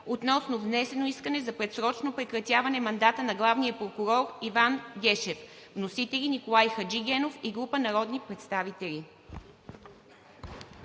относно внесено искане за предсрочно прекратяване мандата на главния прокурор Иван Гешев. Вносители – Николай Хаджигенов и група народни представители.“